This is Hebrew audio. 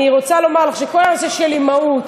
אני רוצה לומר לך שכל הנושא של אימהות,